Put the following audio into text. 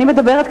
אני מדברת,